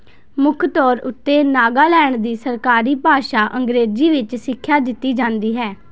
ਮੁੱਖ ਤੌਰ ਉੱਤੇ ਨਾਗਾਲੈਂਡ ਦੀ ਸਰਕਾਰੀ ਭਾਸ਼ਾ ਅੰਗਰੇਜ਼ੀ ਵਿੱਚ ਸਿੱਖਿਆ ਦਿੱਤੀ ਜਾਂਦੀ ਹੈ